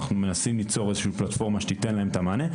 אנחנו מנסים ליצור איזושהי פלטפורמה שתיתן להם את המענה,